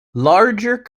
larger